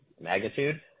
magnitude